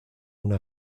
una